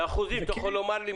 באחוזים, אתה יכול לומר לי?